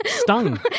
stung